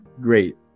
great